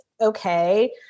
Okay